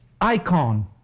icon